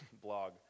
blog